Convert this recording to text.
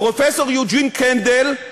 פרופסור יוג'ין קנדל,